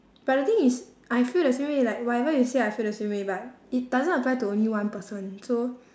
but the thing is I feel the same way like whatever you say I feel the same way but it doesn't apply to only one person so